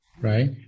right